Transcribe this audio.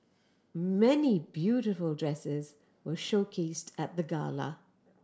many beautiful dresses were showcased at the gala